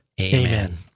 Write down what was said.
Amen